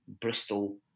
Bristol